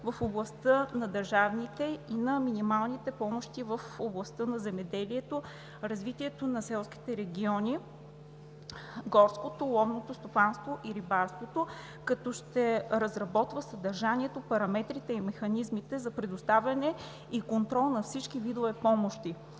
в областта на държавните и на минималните помощи в областта на земеделието, развитието на селските райони, горското и ловното стопанство и рибарството, като ще разработва съдържанието, параметрите и механизмите за предоставяне и контрол на всички видове помощи.